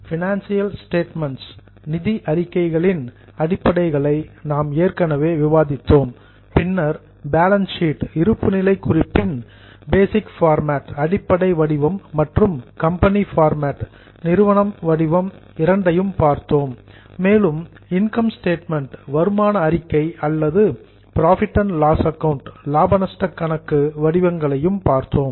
financial statements நிதி அறிக்கைகளின் அடிப்படைகளை நாம் ஏற்கனவே விவாதித்தோம் பின்னர் பேலன்ஸ் ஷீட் இருப்புநிலை குறிப்பின் பேசிக் ஃபார்மேட் அடிப்படை வடிவம் மற்றும் கம்பெனி ஃபார்மேட் நிறுவனத்தின் வடிவம் இரண்டையும் பார்த்தோம் மேலும் இன்கம் ஸ்டேட்மெண்ட் வருமான அறிக்கை அல்லது புரோஃபிட் அண்ட் லாஸ் அக்கவுண்ட் லாப நஷ்ட கணக்கு வடிவங்களையும் பார்த்தோம்